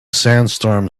sandstorm